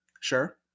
sure